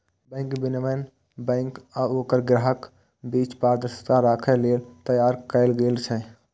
bank विनियमन bank आ ओकर ग्राहकक बीच पारदर्शिता राखै लेल तैयार कैल गेल छै